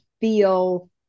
feel